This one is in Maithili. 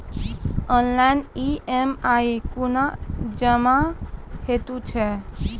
ऑनलाइन ई.एम.आई कूना जमा हेतु छै?